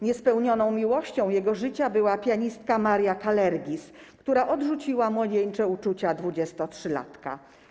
Niespełnioną miłością jego życia była pianistka Maria Kalergis, która odrzuciła młodzieńcze uczucia dwudziestotrzylatka.